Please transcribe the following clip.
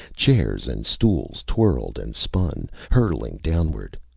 chairs and stools twirled and spun, hurtling downward.